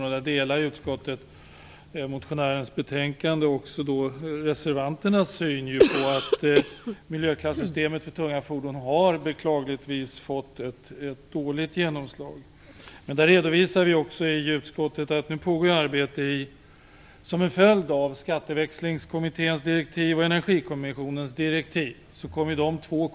Utskottets majoritet delar motionärernas och även reservanternas uppfattning att miljöklassystemet för tunga fordon beklagligtvis har fått dåligt genomslag. Vi redovisar i utskottet också att det pågår arbete som en följd av direktiven till Skatteväxlingskommittén och till Energikommissionen.